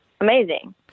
Amazing